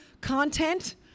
content